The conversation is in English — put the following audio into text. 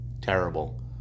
terrible